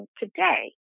today